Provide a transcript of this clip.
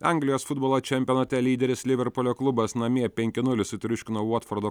anglijos futbolo čempionate lyderis liverpulio klubas namie penki nulis sutriuškino votfordo